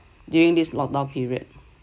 during this lock down period